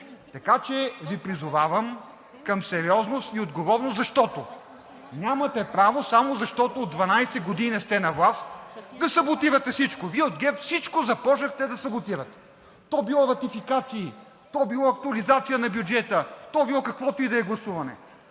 в чл. 13! Призовавам Ви към сериозност и отговорност, защото нямате право, само защото от 12 години сте на власт – да саботирате всичко. Вие от ГЕРБ всичко започнахте да саботирате. То било ратификации, то било актуализация на бюджета, то било каквото и да е гласуване!